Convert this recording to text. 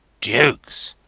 jukes!